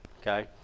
okay